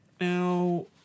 Now